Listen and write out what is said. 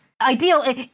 ideal